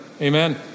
Amen